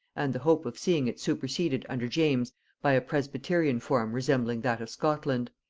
and the hope of seeing it superseded under james by a presbyterian form resembling that of scotland.